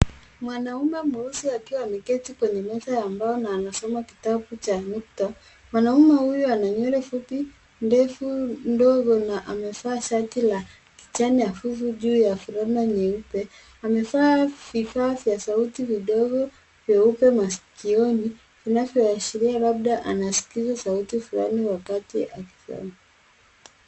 Mwanaume mweusi akiwa ameketi kwenye meza ya mbao na anasoma kitabu cha nukta. Mwanaume huyu ana nywele fupi, ndevu ndogo na amevaa shati la kijani hafifu juu ya fulana nyeupe. Amevaa vifaa vya sauti vidogo vyeupe masikioni, vinavyoashiria labda anasikiza sauti fulani wakati akisoma.